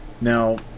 Now